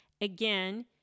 again